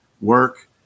work